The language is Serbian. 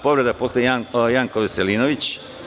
Povreda Poslovnika, Janko Veselinović.